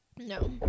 No